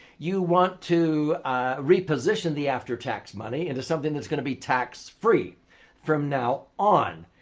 you want to reposition the after-tax money into something that's going to be tax-free from now on.